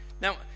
Now